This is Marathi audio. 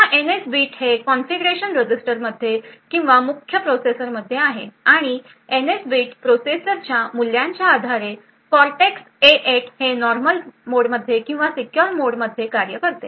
आता एनएस बिट हे कॉन्फिगरेशन रजिस्टरमध्ये किंवा मुख्य प्रोसेसरमध्ये आहे आणि एनएस बिट प्रोसेसरच्या मूल्याच्या आधारे कॉर्टेक्स ए8 हे नॉर्मल मोडमध्ये किंवा सिक्योर मोड मध्ये कार्य करते